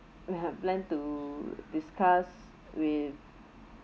we have plan to discuss with